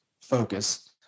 focus